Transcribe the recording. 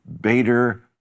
Bader